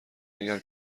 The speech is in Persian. اگر